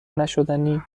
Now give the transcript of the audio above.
نشدنی